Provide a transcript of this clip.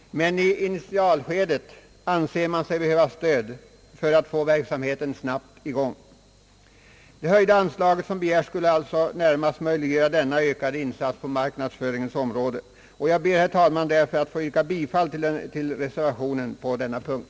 Men i initialskedet anser man sig behöva stöd för att snabbt få i gång verksamheten. Det höjda anslag som begäres skulle närmast möjliggöra denna ökade insats på marknadsföringens område. Jag ber därför, herr talman, att få yrka bifall till reservationen på denna punkt.